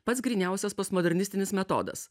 pats gryniausias postmodernistinis metodas